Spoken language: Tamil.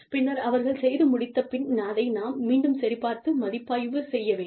பின்னர் அவர்கள் செய்து முடித்த பின் அதை நாம் மீண்டும் சரிபார்த்து மதிப்பாய்வு செய்ய வேண்டும்